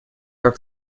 как